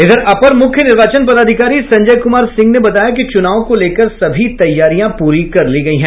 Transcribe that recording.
इधर अपर मुख्य निर्वाचन पदाधिकारी संजय कुमार सिंह ने बताया कि चुनाव को लेकर सभी तैयारियां पूरी कर ली गयी हैं